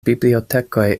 bibliotekoj